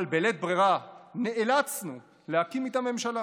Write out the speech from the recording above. אבל בלית ברירה נאלצנו להקים איתם ממשלה.